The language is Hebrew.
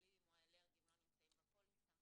החולים או האלרגיים לא נמצאים בפוליסה